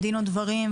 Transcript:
ודין ודברים,